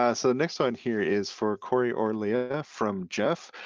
and so the next one here is for corey or leah from jeff.